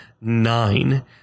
nine